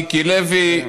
מיקי לוי,